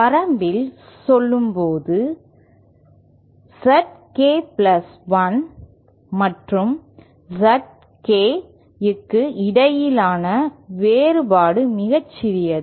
வரம்பில் சொல்லும்போது ZK plus 1 மற்றும் ZK க்கு இடையிலான வேறுபாடு மிகச் சிறியது